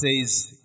says